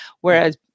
Whereas